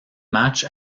match